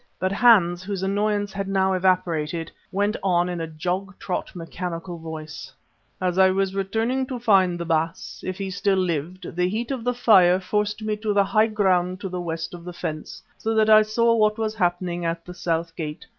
but hans, whose annoyance had now evaporated, went on in a jog-trot mechanical voice as i was returning to find the baas, if he still lived, the heat of the fire forced me to the high ground to the west of the fence, so that i saw what was happening at the south gate,